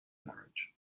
marriage